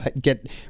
get